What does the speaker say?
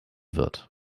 wird